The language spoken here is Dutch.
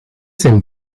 zijn